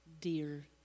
dear